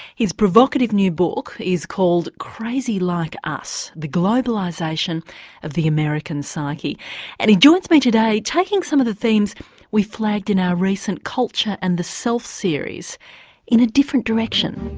his provocative new book is called crazy like us the globalisation of the american psyche and he joins me today taking some of the themes we flagged in our recent culture and the self series in a different direction.